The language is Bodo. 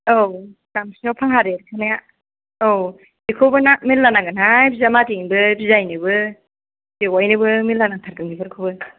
औ गामसायाव फाहार एरखोनाया औ बेखौबोना मेरला नांगोन हाय बिजामादैनोबो बियाय नोबो बेवायनोबो मेरला नांथारगोन बेफोरखौबो